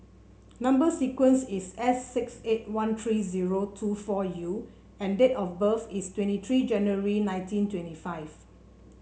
number sequence is S six eight one three zero two four U and date of birth is twenty three January nineteen twenty five